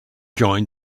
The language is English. joined